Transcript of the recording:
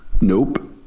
Nope